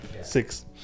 six